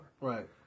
Right